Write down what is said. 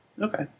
Okay